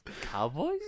Cowboys